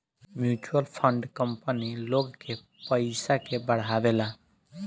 mutual fund company लोग के पयिसा के बढ़ावेला